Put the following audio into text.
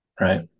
Right